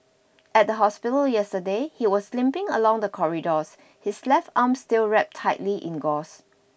at the hospital yesterday he was limping along the corridors his left arm still wrapped tightly in gauze